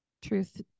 Truth